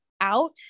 out